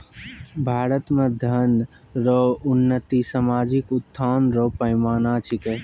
भारत मे धन रो उन्नति सामाजिक उत्थान रो पैमाना छिकै